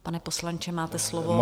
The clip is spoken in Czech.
Pane poslanče, máte slovo.